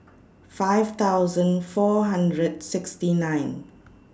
five thousand four hundred sixty nine